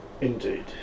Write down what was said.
Indeed